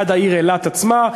עד העיר אילת עצמה,